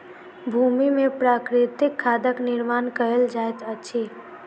भूमि में प्राकृतिक खादक निर्माण कयल जाइत अछि